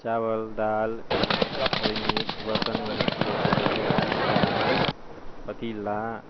चावल दालि बर्तनमे की कहै छै लोहिआ कढ़ाहा पतीला